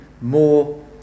more